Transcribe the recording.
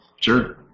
Sure